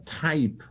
type